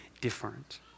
different